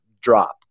drop